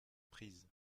prises